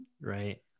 right